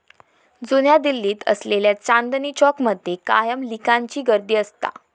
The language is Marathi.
जुन्या दिल्लीत असलेल्या चांदनी चौक मध्ये कायम लिकांची गर्दी असता